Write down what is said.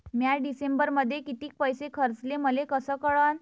म्या डिसेंबरमध्ये कितीक पैसे खर्चले मले कस कळन?